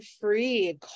free